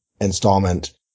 installment